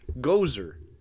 Gozer